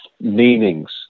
meanings